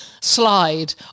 slide